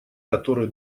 который